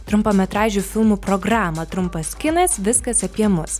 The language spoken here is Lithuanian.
trumpametražių filmų programą trumpas kinas viskas apie mus